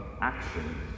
action